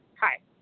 Hi